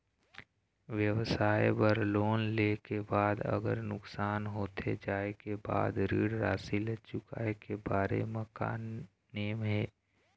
व्यवसाय बर लोन ले के बाद अगर नुकसान होथे जाय के बाद ऋण राशि ला चुकाए के बारे म का नेम हे?